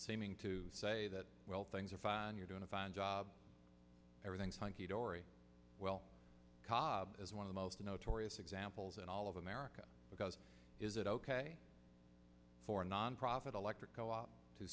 seeming to say that well things are fine you're doing a fine job everything's hunky dory well cobs as one of the most notorious examples in all of america because is it ok for a nonprofit electrico up to